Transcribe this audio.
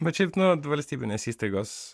bet šiaip nu valstybinės įstaigos